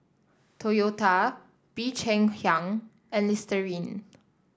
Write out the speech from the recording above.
Toyota Bee Cheng Hiang and Listerine